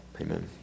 Amen